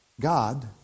God